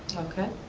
okay,